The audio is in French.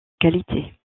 qualité